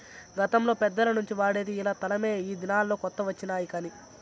గతంలో పెద్దల నుంచి వాడేది ఇలా తలమే ఈ దినాల్లో కొత్త వచ్చినాయి కానీ